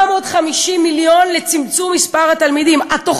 450 מיליון לצמצום מספר התלמידים בכיתה.